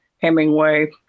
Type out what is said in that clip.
Hemingway